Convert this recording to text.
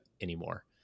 anymore